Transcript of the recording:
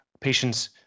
patients